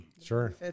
Sure